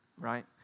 Right